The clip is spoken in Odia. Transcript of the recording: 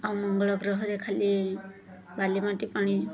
ଆଉ ମଙ୍ଗଳ ଗ୍ରହରେ ଖାଲି ବାଲିମାଟି ପାଣି